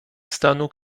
stanu